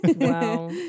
Wow